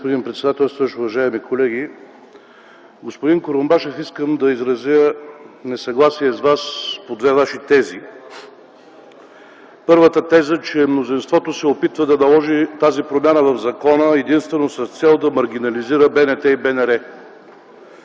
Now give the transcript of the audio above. господин председателстващ, уважаеми колеги! Господин Курумбашев, искам да изразя несъгласие с Вас по две Ваши тези. Първата теза е, че мнозинството се опитва да наложи тази промяна в закона единствено с цел да маргинализира БНТ и БНР.